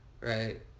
Right